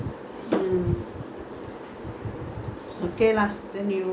oaky lah then you do some cooking for deepavali lah you do